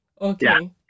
Okay